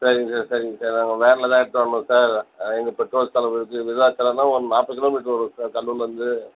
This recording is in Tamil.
சரிங்க சார் சரிங்க சார் நாங்கள் வேனில் தான் எடுத்துகிட்டு வரணும் சார் எங்களுக்கு பெட்ரோல் செலவு இருக்கு விருத்தாச்சலன்னா ஒரு நாற்பது கிலோமீட்டர் வரும் சார் கடலூர்லர்ந்து